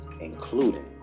including